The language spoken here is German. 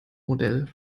modell